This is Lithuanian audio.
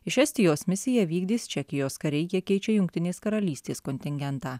iš estijos misiją vykdys čekijos kariai jie keičia jungtinės karalystės kontingentą